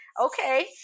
okay